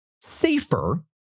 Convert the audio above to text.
safer